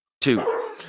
two